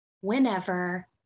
whenever